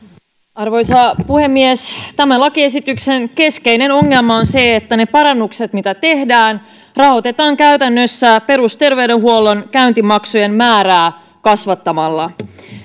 arvoisa puhemies tämän lakiesityksen keskeinen ongelma on se että ne parannukset mitä tehdään rahoitetaan käytännössä perusterveydenhuollon käyntimaksujen määrää kasvattamalla